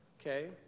okay